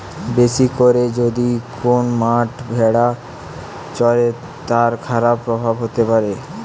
বেশি করে যদি কোন মাঠে ভেড়া চরে, তার খারাপ প্রভাব হতে পারে